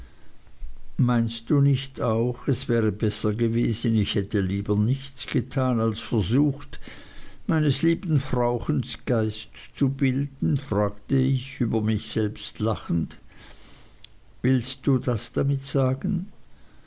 meinst du nicht auch es wäre besser gewesen ich hätte lieber nichts getan als versucht meines lieben frauchens geist zu bilden fragte ich über mich selbst lachend willst du das damit sagen